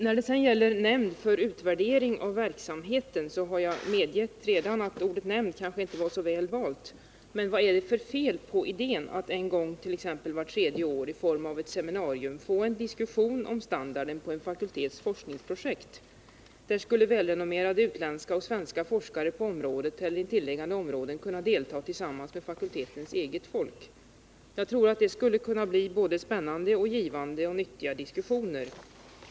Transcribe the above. När det gäller nämnd för utvärdering av verksamheten har jag redan medgett att ordet nämnd kanske inte var så väl valt, men vad är det för fel på idén att en gång t.ex. vart tredje år i form av ett seminarium få en diskussion om standarden på en fakultets forskningsprojekt? Där skulle välrenommerade svenska och utländska forskare på området eller intilliggande område kunna delta tillsammans med fakultetens eget folk. Jag tror att det skulle kunna bli både spännande och nyttiga diskussioner.